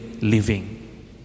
living